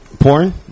porn